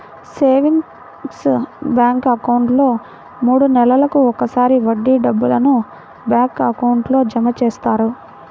savings bank అకౌంట్లో మూడు నెలలకు ఒకసారి వడ్డీ డబ్బులను బ్యాంక్ అకౌంట్లో జమ చేస్తారు